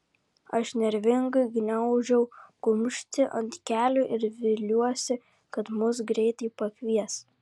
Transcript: aš nervingai gniaužau kumštį ant kelių ir viliuosi kad mus greitai pakvies